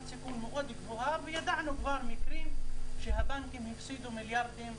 סיכון מאוד גבוהה וידענו כבר מקרים שהבנקים הפסידו מיליארדים